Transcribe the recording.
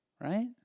Right